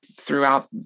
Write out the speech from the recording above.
throughout